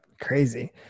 crazy